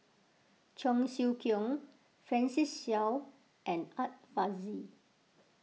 Cheong Siew Keong Francis Seow and Art Fazil